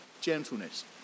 gentleness